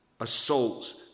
assaults